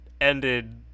ended